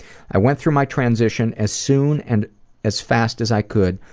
i went through my transition as soon and as fast as i could,